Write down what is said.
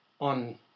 on